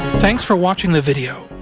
thanks for watching the video!